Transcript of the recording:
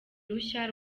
rushya